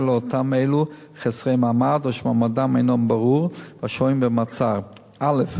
לאלו שהם חסרי מעמד או שמעמדם אינו ברור והשוהים במעצר: א.